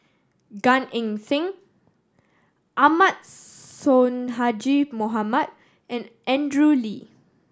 Gan Eng Seng Ahmad Sonhadji Mohamad and Andrew Lee